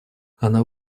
она